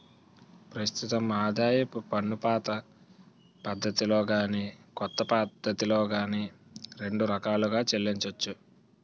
ప్రస్తుతం ఆదాయపు పన్నుపాత పద్ధతిలో గాని కొత్త పద్ధతిలో గాని రెండు రకాలుగా చెల్లించొచ్చు